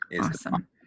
Awesome